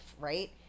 Right